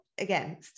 again